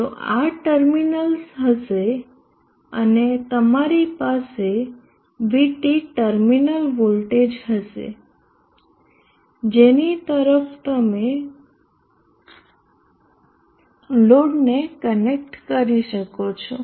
તો આ ટર્મિનલ હશે અને તમારી પાસે VT ટર્મિનલ વોલ્ટેજ હશે જેની તરફ તમે લોડને કનેક્ટ કરી શકો છો